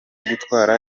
gutwara